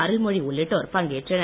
அருள்மொழி உள்ளிட்டோர் பங்கேற்றனர்